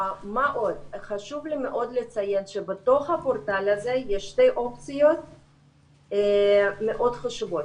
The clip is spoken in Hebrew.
חשוב לי מאוד לציין שבתוך הפורטל הזה יש שתי אופציות מאוד חשובות,